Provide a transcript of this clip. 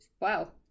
Wow